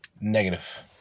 negative